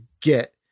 get